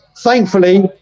thankfully